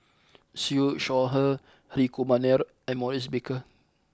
Siew Shaw Her Hri Kumar Nair and Maurice Baker